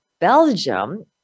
Belgium